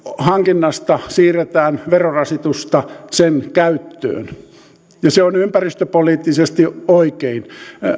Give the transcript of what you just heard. hankinnasta siirretään verorasitusta sen käyttöön se on ympäristöpoliittisesti oikein